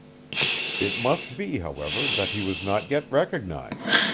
it must be, however, that he was not yet recognized.